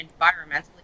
environmentally